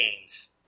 games